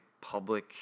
public